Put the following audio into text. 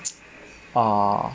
err